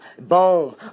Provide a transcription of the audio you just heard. boom